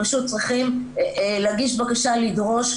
פשוט צריכים להגיש בקשה לדרוש,